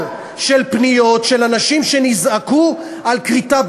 של פניות של אנשים שנזעקו על כריתת עצים.